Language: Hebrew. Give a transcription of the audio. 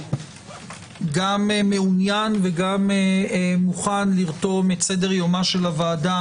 בהחלט מעוניין וגם מוכן לרתום את סדר יומה של הוועדה